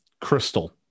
crystal